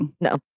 No